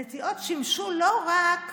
הנטיעות שימשו לא רק,